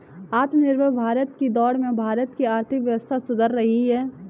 आत्मनिर्भर भारत की दौड़ में भारत की आर्थिक व्यवस्था सुधर रही है